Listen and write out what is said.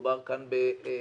שמדובר כאן באתגר,